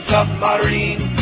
Submarine